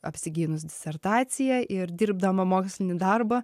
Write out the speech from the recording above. apsigynus disertaciją ir dirbdama mokslinį darbą